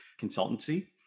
consultancy